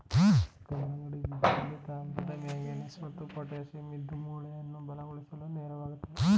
ಕಲ್ಲಂಗಡಿ ಬೀಜದಲ್ಲಿ ತಾಮ್ರ ಮ್ಯಾಂಗನೀಸ್ ಮತ್ತು ಪೊಟ್ಯಾಶಿಯಂ ಇದ್ದು ಮೂಳೆಯನ್ನ ಬಲಗೊಳಿಸ್ಲು ನೆರವಾಗ್ತದೆ